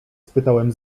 spytałem